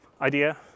idea